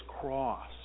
cross